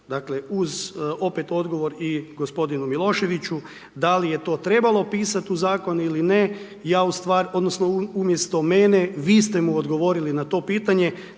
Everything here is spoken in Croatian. dakle, uz, opet odgovor i gospodinu Miloševiću da li je to trebalo pisati u Zakonu ili ne odnosno umjesto mene, vi ste mu odgovorili na to pitanje,